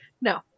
no